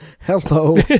Hello